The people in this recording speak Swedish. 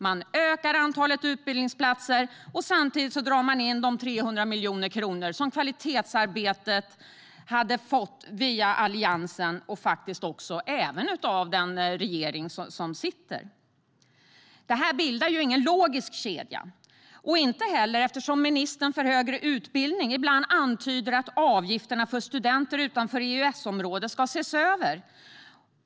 Man ökar antalet utbildningsplatser och drar samtidigt in de 300 miljoner kronor som kvalitetsarbetet fått via Alliansen och faktiskt också av den sittande regeringen. Det bildar ingen logisk kedja. Dessutom antyder ministern för högre utbildning ibland att avgifterna för studenter utanför EES-området ska ses över.